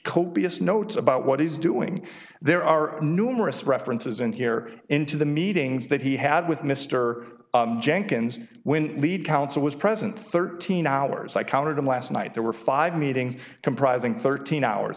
copious notes about what he's doing there are numerous references in here into the meetings that he had with mr jenkins when lead counsel was present thirteen hours i counted them last night there were five meetings comprising thirteen hours